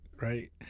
right